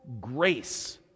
grace